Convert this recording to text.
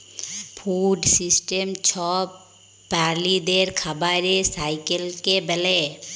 food system ছব প্রালিদের খাবারের সাইকেলকে ব্যলে